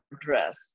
dress